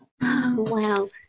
Wow